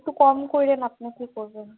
একটু কম করেন আপনি কী করবেন